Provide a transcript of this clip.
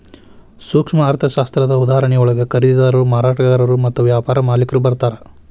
ಸೂಕ್ಷ್ಮ ಅರ್ಥಶಾಸ್ತ್ರದ ಉದಾಹರಣೆಯೊಳಗ ಖರೇದಿದಾರರು ಮಾರಾಟಗಾರರು ಮತ್ತ ವ್ಯಾಪಾರ ಮಾಲಿಕ್ರು ಬರ್ತಾರಾ